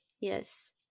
Yes